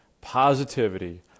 positivity